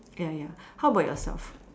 ya ya how about yourself